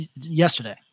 yesterday